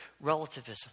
relativism